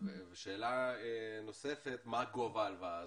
שאלה נוספת, מה גובה ההלוואה הזאת?